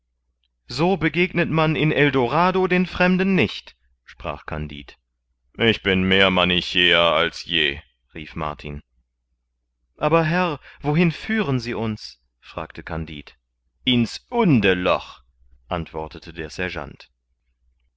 so begegnet man in eldorado den fremden nicht sprach kandid ich bin mehr manichäer als je rief martin aber herr wohin führen sie uns fragte kandid ins hundeloch antwortete der sergeant